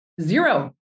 Zero